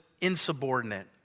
insubordinate